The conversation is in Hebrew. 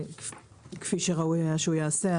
כפי שראוי היה שהוא יעשה.